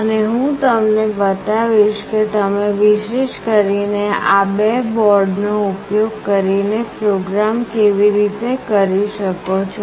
અને હું તમને બતાવીશ કે તમે વિશેષ કરીને આ બે બોર્ડ નો ઉપયોગ કરીને પ્રોગ્રામ કેવી રીતે કરી શકો છો